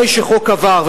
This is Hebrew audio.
אחרי שחוק עבר,